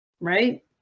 right